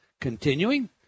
Continuing